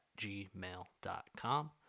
gmail.com